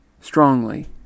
strongly